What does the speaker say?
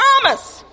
promise